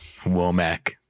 Womack